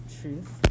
truth